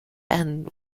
and